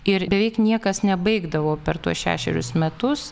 ir beveik niekas nebaigdavo per tuos šešerius metus